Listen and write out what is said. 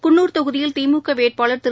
குள்னூர் தொகுதியில் திமுக வேட்பாளர் திரு